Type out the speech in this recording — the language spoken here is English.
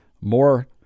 more